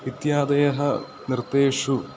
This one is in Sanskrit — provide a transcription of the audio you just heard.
इत्यादयः नृत्तेषु